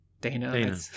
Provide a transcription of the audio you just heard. Dana